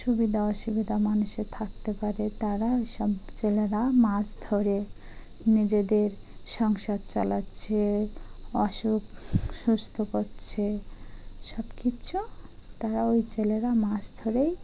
সুবিধা অসুবিধা মানুষের থাকতে পারে তারা ওই সব জেলেরা মাছ ধরে নিজেদের সংসার চালাচ্ছে অসুখ সুস্থ করছে সব কিছু তারা ওই জেলেরা মাছ ধরেই